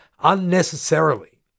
unnecessarily